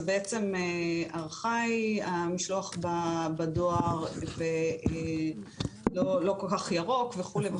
בעצם ארכאי המשלוח בדואר ולא כל כך ירוק וכולי,